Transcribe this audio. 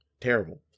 terrible